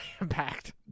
Impact